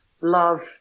love